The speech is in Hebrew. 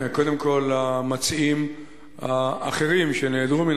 קודם כול למציעים האחרים שנעדרו מן